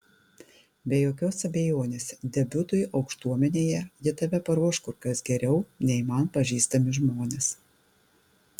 be jokios abejonės debiutui aukštuomenėje ji tave paruoš kur kas geriau nei man pažįstami žmonės